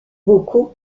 beaucoup